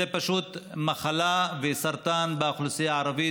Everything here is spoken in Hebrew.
זו פשוט מחלה וסרטן באוכלוסייה הערבית,